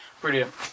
Brilliant